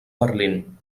berlín